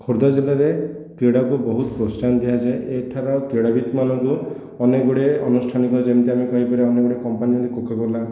ଖୋର୍ଦ୍ଧା ଜିଲ୍ଲାରେ କ୍ରୀଡ଼ାକୁ ବହୁତ ପ୍ରୋତ୍ସାହନ ଦିଆଯାଏ ଏଠାର କ୍ରୀଡ଼ାବିତ୍ମାନଙ୍କୁ ଅନେକ ଗୁଡ଼ିଏ ଅନୁଷ୍ଠାନ ଯେମିତି ଆମେ କହିପାରିବା ଅନେକ ଗୁଡ଼ିଏ କମ୍ପାନୀ ଯେମିତି କୋକାକୋଲା